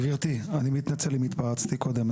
גברתי, אני מתנצל אם התפרצתי קודם.